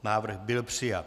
Návrh byl přijat.